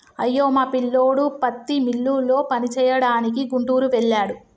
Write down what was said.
అయ్యో మా పిల్లోడు పత్తి మిల్లులో పనిచేయడానికి గుంటూరు వెళ్ళాడు